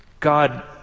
God